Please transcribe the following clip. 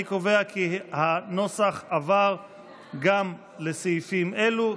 אני קובע כי הנוסח עבר גם בסעיפים אלו.